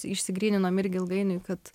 išsigryninome irgi ilgainiui kad